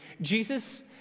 Jesus